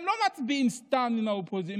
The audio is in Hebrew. הם לא מצביעים סתם עם הקואליציה.